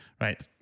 Right